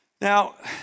Now